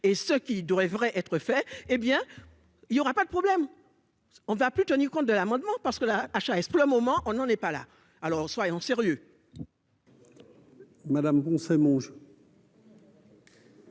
et ce qui devrait devrait être fait, hé bien il n'y aura pas de problème, on ne va plus tenu compte de l'amendement, parce que la HAS pour le moment on n'en est pas là, alors soyons sérieux.